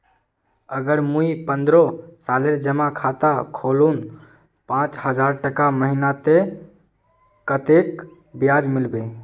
अगर मुई पन्द्रोह सालेर जमा खाता खोलूम पाँच हजारटका महीना ते कतेक ब्याज मिलबे?